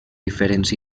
diferents